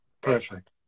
Perfect